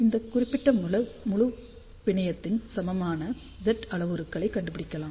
இந்த குறிப்பிட்ட முழு பிணையத்தின் சமமான Z அளவுருக்களை கண்டுபிடிக்கலாம்